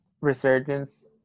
resurgence